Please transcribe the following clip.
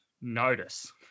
notice